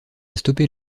stopper